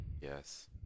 Yes